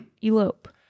Elope